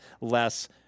less